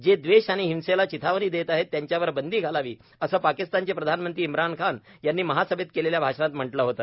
जे दवेष आणि हिंसेला चिथावणी देत आहेत त्यांच्यावर बंदी घालावी असं पाकिस्तानचे पंतप्रधान इम्रान खान यांनी महासभेत केलेल्या भाषणात म्हटलं होत